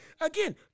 Again